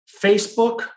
Facebook